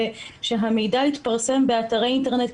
שהמידע יתפרסם באתרי האינטרנט,